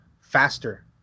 faster